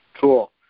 Cool